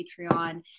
Patreon